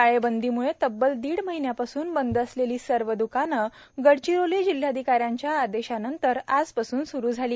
टाळेबंदीमुळे तब्बल दीड महिन्यापासून बंद असलेली सर्व दुकाने गडचिरोली जिल्हाधिकाऱ्यांच्या आदेशानंतर आजपासून सुरु झाली